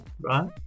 Right